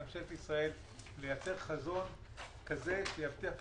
לממשלת ישראל לייצר חזון כזה שיבטיח את